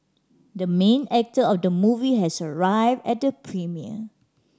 the main actor of the movie has arrived at the premiere